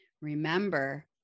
Remember